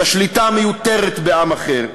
את השליטה המיותרת בעם אחר,